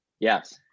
Yes